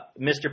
Mr